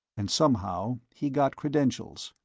and somehow he got credentials.